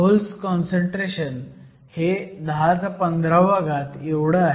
holes concentration हे 1015 आहे